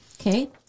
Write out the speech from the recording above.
Okay